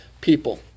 people